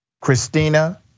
Christina